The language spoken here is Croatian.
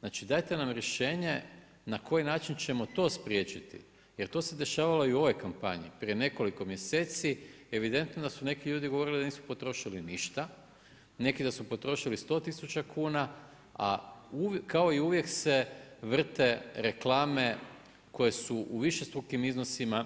Znači dajte nam rješenje na koji način ćemo to spriječiti jer to se dešavalo i u ovoj kampanji prije nekoliko mjeseci, evidentno da su neki ljudi da su neki govorili da nisu potrošili ništa, neki da su potrošili 100 tisuća kuna a kao i uvijek se vrte reklame koje su u višestrukim iznosima